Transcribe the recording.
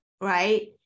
right